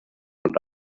und